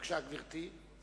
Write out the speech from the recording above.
בבקשה, גברתי.